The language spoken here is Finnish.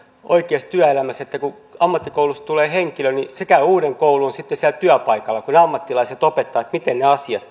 oikeassa työelämässä että kun ammattikoulusta tulee henkilö niin hän käy uuden koulun sitten siellä työpaikalla kun ne ammattilaiset opettavat miten ne asiat